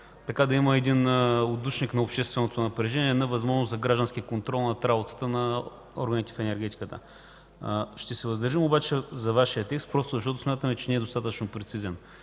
и да има отдушник за общественото напрежение, възможност за граждански контрол върху работата на органите в енергетиката. Ще се въздържим обаче по Вашия текст, защото смятаме, че не е достатъчно прецизен.